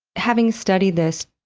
having studied this,